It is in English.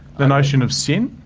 the notion of sin?